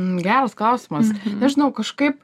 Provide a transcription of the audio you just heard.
geras klausimas nežinau kažkaip